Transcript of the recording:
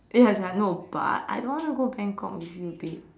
ya sia no but I don't want to go Bangkok with you babe